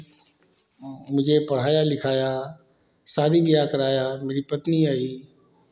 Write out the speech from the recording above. मुझे पढ़ाया लिखाया शादी ब्याह कराया मेरी पत्नी आई